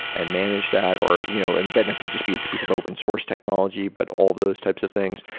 and manage that or you know and then it could just be a piece of open source technology, but all those types of things.